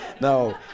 no